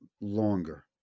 longer